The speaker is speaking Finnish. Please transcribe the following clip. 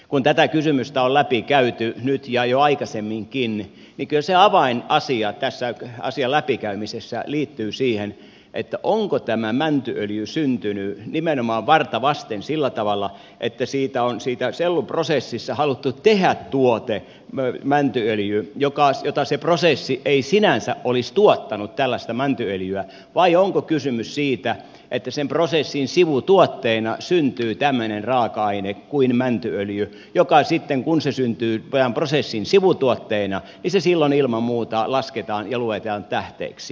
kun tätä kysymystä on läpikäyty nyt ja jo aikaisemminkin niin kyllä se avainasia tässä asian läpikäymisessä liittyy siihen onko tämä mäntyöljy syntynyt nimenomaan varta vasten sillä tavalla että siitä on siinä selluprosessissa haluttu tehdä tuote mäntyöljy jota se prosessi ei sinänsä olisi tuottanut tällaista mäntyöljyä vai onko kysymys siitä että sen prosessin sivutuotteena syntyy tämmöinen raaka aine kuin mäntyöljy joka sitten kun se syntyy prosessin sivutuotteena silloin ilman muuta lasketaan ja luetaan tähteeksi